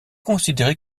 considéré